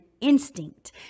instinct